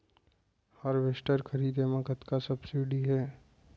Harvester खरीदे म कतना सब्सिडी हे?